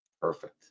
Perfect